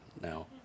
now